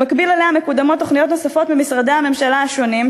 במקביל אליה מקודמות תוכניות נוספות ממשרדי הממשלה השונים,